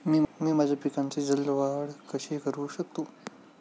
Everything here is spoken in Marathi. मी माझ्या पिकांची जलद वाढ कशी करू शकतो?